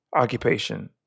occupation